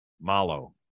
malo